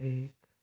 एक